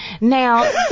Now